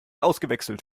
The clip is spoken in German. ausgewechselt